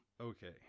Okay